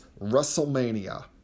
WrestleMania